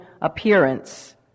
appearance